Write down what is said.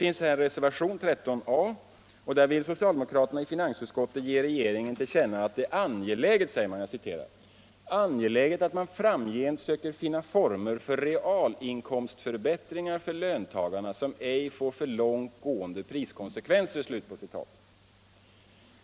I reservationen 13 A vill socialdemokraterna i finansutskottet ge regeringen till känna att det är ”angeläget att man framgent söker finna former för realinkomstförbättringar för löntagarna som ej får för långt gående priskonsekvenser”.